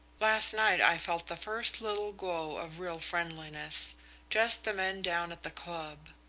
last night i felt the first little glow of real friendliness just the men down at the club.